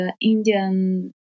Indian